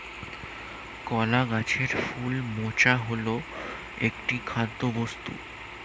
কলা গাছের ফুল মোচা হল একটি খাদ্যবস্তু